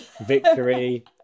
victory